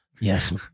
Yes